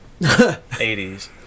80s